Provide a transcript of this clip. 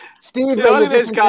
Steve